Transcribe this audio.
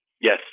Yes